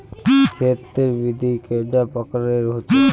खेत तेर विधि कैडा प्रकारेर होचे?